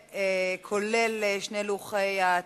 כולל שני לוחות התיקונים.